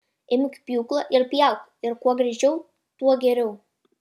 imk pjūklą ir pjauk ir kuo greičiau tuo geriau